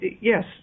Yes